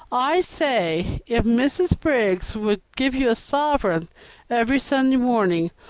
i say, if mrs. briggs would give you a sovereign every sunday morning,